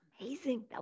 Amazing